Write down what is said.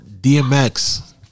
DMX